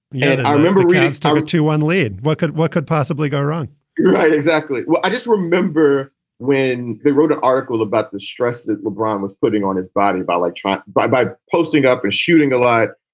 yeah i remember reading tiger to one lead. what could what could possibly go wrong? you're right. exactly. well, i just remember when they wrote an article about the stress that lebron was putting on his body by like trump, by by posting up and shooting a lot.